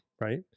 right